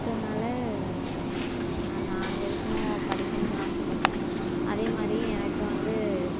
so அதனால் நான் அங்கே இருக்கணும் படிக்கணும்னு ஆசைப்பட்டேன் அதேமாதிரி எனக்கு வந்து